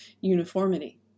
uniformity